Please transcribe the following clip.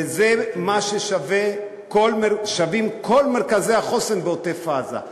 וזה מה ששווים כל מרכזי החוסן בעוטף-עזה.